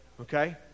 Okay